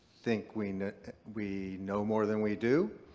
think we know we know more than we do,